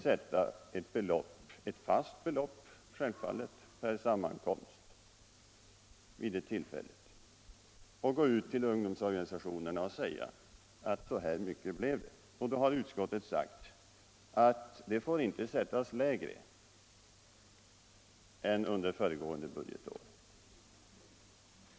Då kan den ange ett fast belopp per sammankomst och gå ut till ungdomsorganisationerna och ange hur stort det blir. Utskottet har sagt att beloppet inte får sättas lägre än under föregående budgetår.